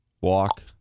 Walk